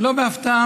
לא בהפתעה,